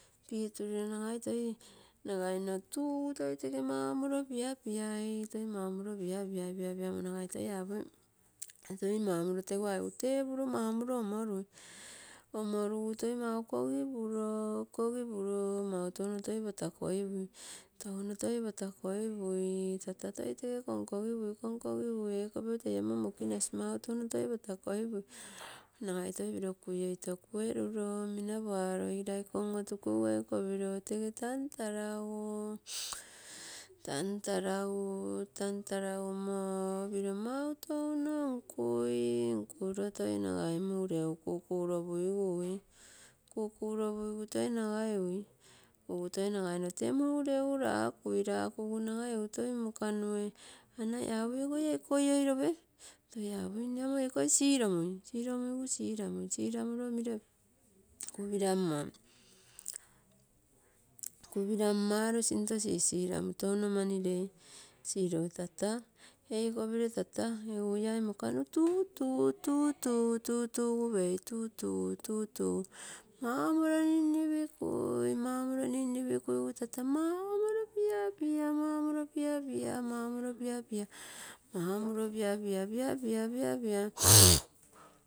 Pituriro nagai taoi nagaimo tugu toi tage mau morilo piakii, toi mau morilo piapiai, piapiamo nagai toi apui, toi mau morilo tegu aigo tepuro toi mau morilo omorui, omoru gu toi mau morilo kogi pui, kogipuro mau tou toi patakoipui. Touno toi patakoipui, tata tege toi konkogipui, konkogipui ei kopiro tei ama mokinass mau touno toi patakoipui, nagai toi piro kuio ito kueruro minaparo igikogiraiko on-otukui ei kopiro tege tantaragu, tantaragu, tantaragumo piro mau touno nkui, koro toi nagai mureugu kukuropuigu uii. Kukuropuigui toi nagai uii, ugu toi nagai tea mureugu lakwi, lakugu nagai toi monanue, anai toi apui, ogoi iko oioirope egu toi apwi nne amo eikoi siromui, siromuigu siramui, siramuro miro kupirammom, kupirammaro sinto sisira mu touno mani rei, siro tata eikopiro tata egu iai mokanu tutu, tutu, tutugu pei, tutui, tutui mau morilo ninnipikui, mau morilo ninnipikui rata mau morilo piapia, tata mau morilo piapia, mau moro piapia, mau moro piapia mau moro piapia, piapia, piapia.